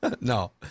No